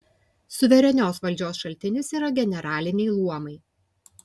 suverenios valdžios šaltinis yra generaliniai luomai